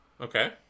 Okay